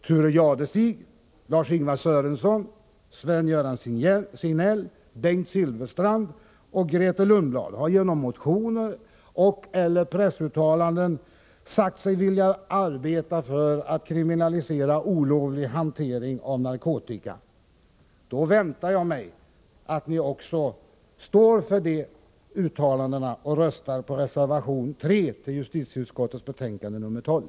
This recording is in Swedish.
Thure Jadestig, Lars-Ingvar Sörenson, Sven-Gösta Signell, Bengt Silfverstrand och Grethe Lundblad har genom motioner och/eller pressuttalanden sagt sig vilja arbeta för att kriminalisera olovlig hantering av narkotika. Då väntar jag mig att ni också står för de uttalandena och röstar på reservation 3 till justitieutskottets betänkande nr 12.